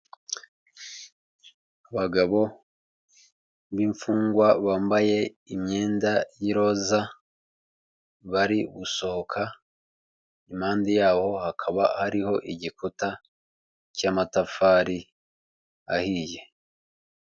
Abagabo b'imfungwa bambaye imyenda y'iroza bari gusohoka, impande y'aho hakaba hariho igikuta cy'amatafari ahiye.